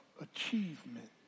achievement